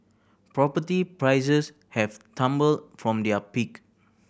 property prices have tumbled from their peak